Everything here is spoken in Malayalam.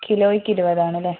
കിലോയ്ക്ക് ഇരുപതാണല്ലേ